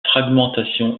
fragmentation